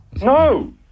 No